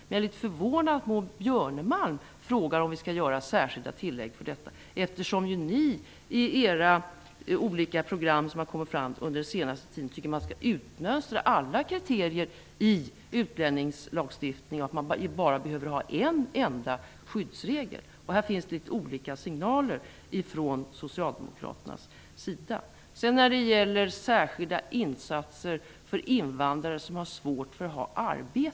Men jag är litet förvånad över att just Maud Björnemalm frågade om vi skall göra ett sådant särskilt tillägg, eftersom ni i alla olika program som kommit fram under den senaste tiden har tyckt att man skall utmönstra alla kriterier i utlänningslagstiftningen och behöver ha bara en enda skyddsregel. Det finns alltså här litet olika signaler från socialdemokraternas sida.